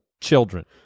children